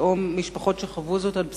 או משפחותיהן של הנשים,